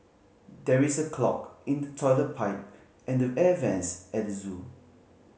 there is a clog in the toilet pipe and the air vents at the zoo